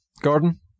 Gordon